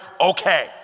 Okay